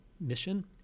mission